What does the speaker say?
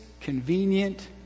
convenient